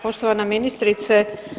Poštovana ministrice.